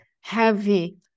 heavy